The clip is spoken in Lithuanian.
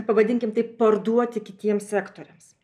pavadinkim taip parduoti kitiems sektoriams